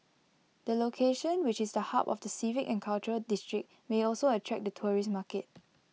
the location which is the hub of the civic and cultural district may also attract the tourist market